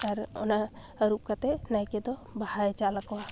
ᱟᱨ ᱚᱱᱟ ᱟᱹᱨᱩᱵ ᱠᱟᱛᱮ ᱱᱟᱭᱠᱮᱫᱚ ᱵᱟᱦᱟᱭ ᱪᱟᱞ ᱟᱠᱚᱣᱟ